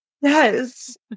Yes